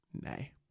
Nay